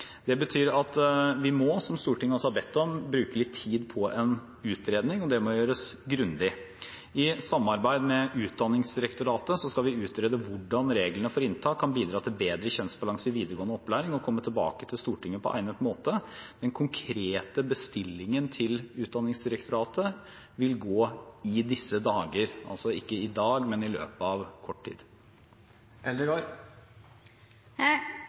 Det betyr at vi må, som Stortinget også har bedt om, bruke litt tid på en utredning, og det må gjøres grundig. I samarbeid med Utdanningsdirektoratet skal vi utrede hvordan reglene for inntak kan bidra til bedre kjønnsbalanse i videregående opplæring, og vi vil komme tilbake til Stortinget på egnet måte. Den konkrete bestillingen til Utdanningsdirektoratet vil gå i disse dager – altså ikke i dag, men i løpet av kort tid.